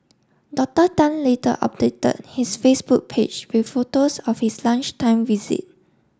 Doctor Tan later updated his Facebook page with photos of his lunchtime visit